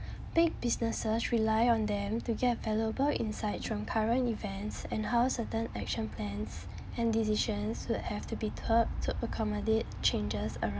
big businesses rely on them to get valuable insights from current events and how certain action plans and decisions would have to be turned to accommodate changes